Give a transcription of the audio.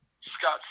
Scott